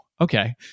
okay